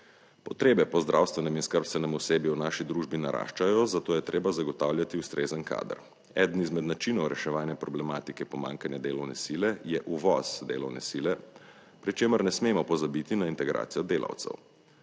Potrebe po zdravstvenem in skrbstvenem osebju v naši družbi naraščajo, zato je treba zagotavljati ustrezen kader. Eden izmed načinov reševanja problematike pomanjkanja delovne sile je uvoz delovne sile, pri čemer ne smemo pozabiti na integracijo delavcev.